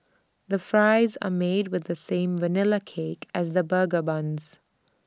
the fries are made with the same Vanilla cake as the burger buns